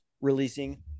releasing